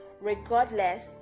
regardless